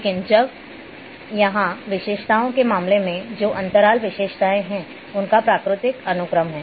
लेकिन अब यहाँ विशेषताओं के मामले में जो अंतराल विशेषताएँ हैं उनका प्राकृतिक अनुक्रम है